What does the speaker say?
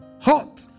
Hot